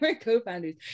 co-founders